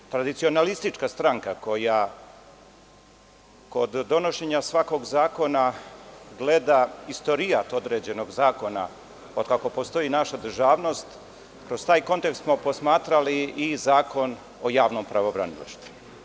Kao tradicionalistička stranka koja kod donošenja svakog zakona gleda istorijat određenog zakona od kako postoji naša državnost, kroz taj kontekst smo posmatrali i Zakon o javnom pravnobranilaštvu.